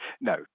No